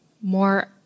more